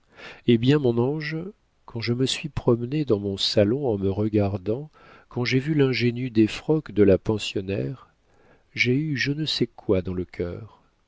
eh bien mon ange quand je me suis promenée dans mon salon en me regardant quand j'ai vu l'ingénue défroque de la pensionnaire j'ai eu je ne sais quoi dans le cœur